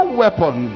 weapon